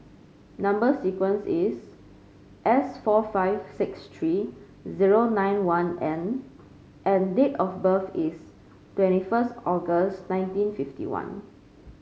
number sequence is S four five six three zero nine one N and date of birth is twenty first August nineteen fifty one